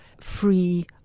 free